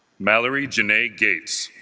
mallory janae gates